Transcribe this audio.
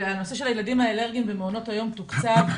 הנושא של הילדים האלרגיים במעונות היום תוקצב,